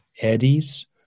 eddies